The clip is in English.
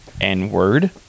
n-word